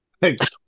Thanks